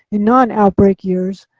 in non-outbreak years,